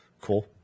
cool